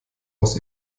aus